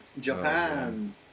Japan